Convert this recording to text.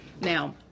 Now